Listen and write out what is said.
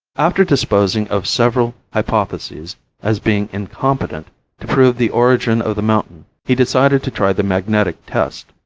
after disposing of several hypotheses as being incompetent to prove the origin of the mountain he decided to try the magnetic test.